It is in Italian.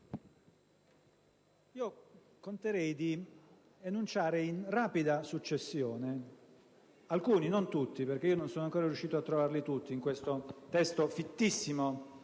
conterei di enunciare in rapida successione alcuni - non tutti, perché non sono ancora riuscito a trovarli tutti, in questo testo fittissimo